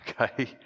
Okay